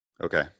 Okay